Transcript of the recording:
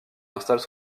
installe